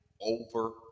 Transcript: over